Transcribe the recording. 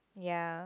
ya